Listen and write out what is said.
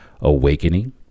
Awakening